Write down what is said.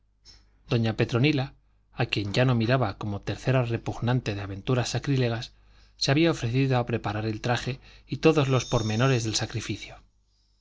doña petronila a quien ya no miraba como tercera repugnante de aventuras sacrílegas se había ofrecido a preparar el traje y todos los pormenores del sacrificio